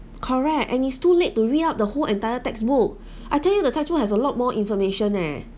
correct and is too late to read out the whole entire textbook I tell you the textbook has a lot more information leh